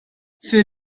für